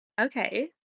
Okay